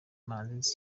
manzi